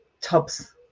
tubs